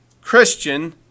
Christian